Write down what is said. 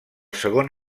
segon